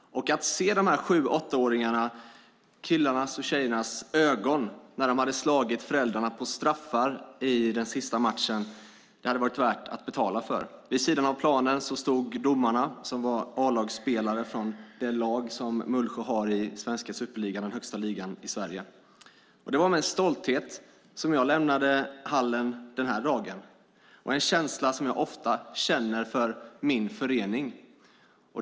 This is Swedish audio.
Att se de här 7-8-åriga killarnas och tjejernas ögon när de hade slagit föräldrarna på straffar i den sista matchen hade varit värt att betala för. Vid sidan av planen stod domarna, som var A-lagsspelare från det lag som Mullsjö har i svenska superligan, den högsta ligan i Sverige. Det var med stolthet jag lämnade hallen den här dagen, en känsla som jag ofta känner för min förening.